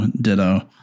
ditto